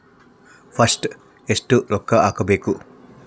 First ಎಷ್ಟು ರೊಕ್ಕ ಹಾಕಬೇಕು?